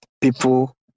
people